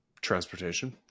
transportation